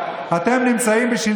ואני מסיים בזה,